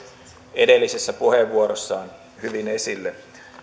edellisessä puheenvuorossaan hyvin esille